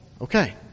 Okay